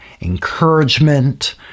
encouragement